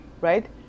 right